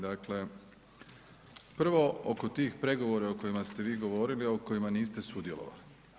Dakle, prvo oko tih pregovora o kojima ste vi govorili, a u kojima niste sudjelovali.